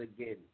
again